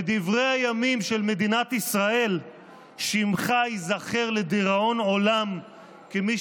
בדברי הימים של מדינת ישראל שמך ייזכר לדיראון עולם כמי